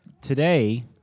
Today